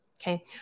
Okay